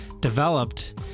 developed